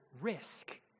risk